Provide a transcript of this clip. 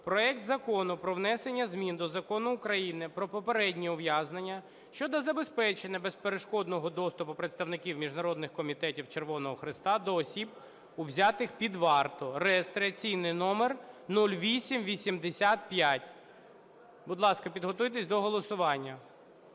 проект Закону про внесення змін до Закону України "Про попереднє ув'язнення" щодо забезпечення безперешкодного доступу представників Міжнародного Комітету Червоного Хреста до осіб, взятих під варту (реєстраційний номер 0885). Будь ласка, підготуйтесь до голосування.